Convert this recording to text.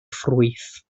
ffrwyth